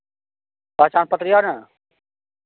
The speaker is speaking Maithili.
पहचान पत्र यए ने